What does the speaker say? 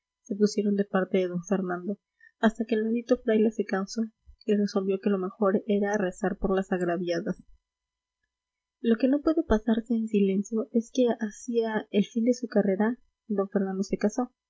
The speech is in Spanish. se pusieron de parte de d fernando hasta que el bendito fraile se cansó y resolvió que lo mejor era rezar por las agraviadas lo que no puede pasarse en silencio es que hacia el fin de su carrera d fernando se casó